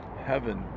heaven